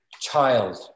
child